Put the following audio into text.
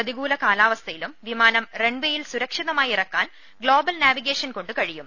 പ്രതികൂല കാലാവസ്ഥയിലും വിമാനം റൺവെയിൽ സുരക്ഷിതമായി ഇറക്കാൻ ഗ്ലോബൽ നാവി ഗേഷൻ കൊണ്ട് കഴിയും